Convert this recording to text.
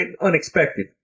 unexpected